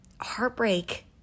heartbreak